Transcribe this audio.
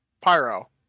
pyro